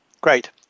Great